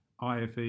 IFE